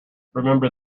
remember